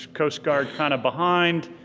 coast guard kind of behind,